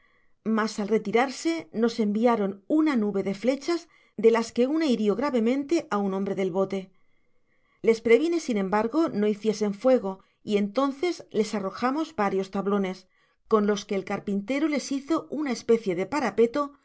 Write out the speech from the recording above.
mas al retirarse nos enviaron una nube de flechas de las que uda hirió gravemente aun hombre del bote les previne sin embargo no hiciesen fuego y entonces les arrojamos varios tablones con los que el car piatero les hizo una especie de parapeto